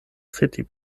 city